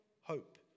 hope